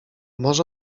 może